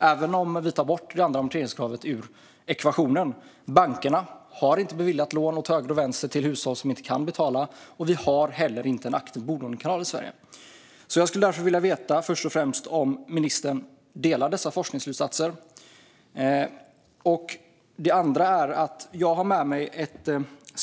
även om vi tar bort det andra amorteringskravet ur ekvationen. Bankerna har inte beviljat lån åt höger och vänster till hushåll som inte kan betala, och vi har inte heller en aktiv bolånekanal i Sverige. Jag skulle därför först och främst vilja veta om ministern delar dessa forskningsslutsatser.